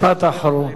משפט אחרון.